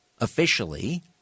officially